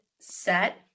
set